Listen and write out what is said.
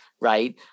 right